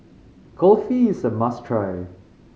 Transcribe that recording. kulfi is a must try